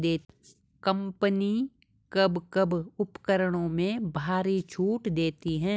Company कब कब उपकरणों में भारी छूट देती हैं?